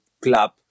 club